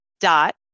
dot